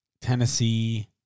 Tennessee